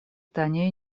таня